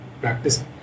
practice